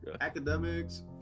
Academics